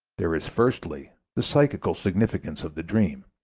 there is, firstly, the psychical significance of the dream,